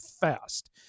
fast